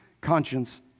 conscience